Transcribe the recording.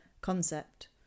concept